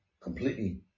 completely